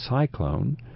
cyclone